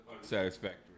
satisfactory